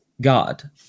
God